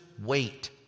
wait